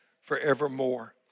forevermore